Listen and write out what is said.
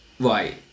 Right